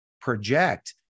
project